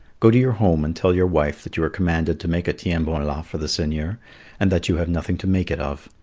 go to your home and tell your wife that you are commanded to make a tiens-bon-la for the seigneur and that you have nothing to make it of.